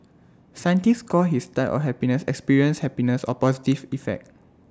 scientists call his type or happiness experienced happiness or positive effect